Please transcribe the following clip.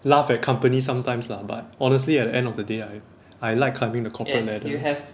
laugh at companies sometimes lah but honestly at the end of the day I I like climbing the corporate ladder